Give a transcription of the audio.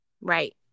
right